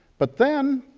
but then